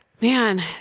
man